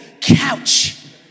couch